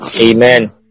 Amen